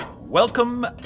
Welcome